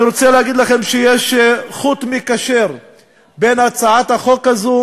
אני רוצה להגיד לכם שיש חוט מקשר בין הצעת החוק הזו